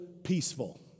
peaceful